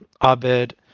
Abed